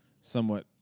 somewhat